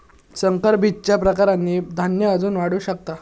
संकर बीजच्या प्रकारांनी धान्य अजून वाढू शकता